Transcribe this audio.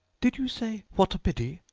did you say what a pity!